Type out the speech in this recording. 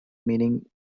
meeting